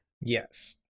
Yes